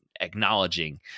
acknowledging